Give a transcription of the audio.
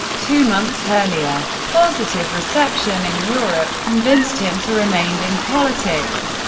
two months earlier. positive reception in europe convinced him to remain in politics.